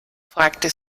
fragte